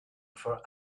for